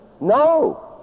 No